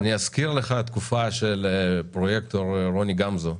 אני אזכיר לך את התקופה של הפרויקטור רוני גמזו,